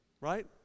Right